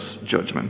judgment